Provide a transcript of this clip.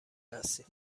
هستیم